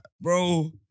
bro